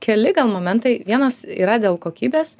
keli gal momentai vienas yra dėl kokybės